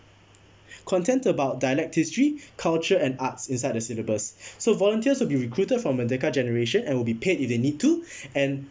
content about dialect history culture and arts inside the syllabus so volunteers will be recruited from merdeka generation and will be paid if they need to and